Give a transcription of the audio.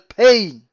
pain